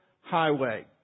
Highway